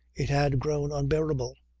it had grown unbearable.